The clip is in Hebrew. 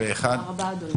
הצבעה אושר אושר פה אחד.